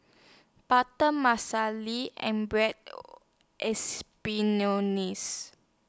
Butter and Bread